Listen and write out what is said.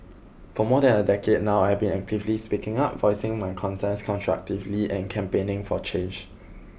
for more than a decade now I've been actively speaking up voicing my concerns constructively and campaigning for change